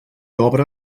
obre